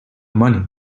money